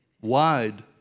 wide